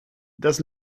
das